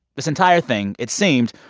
this entire thing, it seemed,